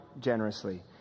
generously